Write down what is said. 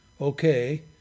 Okay